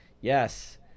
Yes